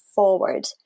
Forward